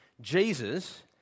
Jesus